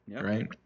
right